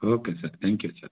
okay sir thank you sir